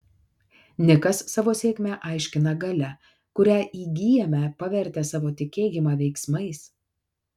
nikas savo sėkmę aiškina galia kurią įgyjame pavertę savo tikėjimą veiksmais